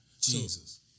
Jesus